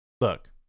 look